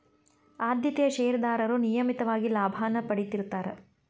ಆದ್ಯತೆಯ ಷೇರದಾರರು ನಿಯಮಿತವಾಗಿ ಲಾಭಾನ ಪಡೇತಿರ್ತ್ತಾರಾ